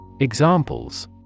Examples